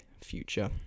future